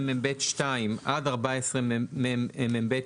14מב2 עד 14מב7,